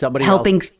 helping